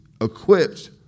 equipped